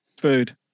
Food